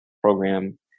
program